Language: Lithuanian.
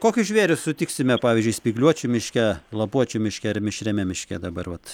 kokius žvėris sutiksime pavyzdžiui spygliuočių miške lapuočių miške ar mišriame miške dabar vat